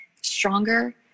stronger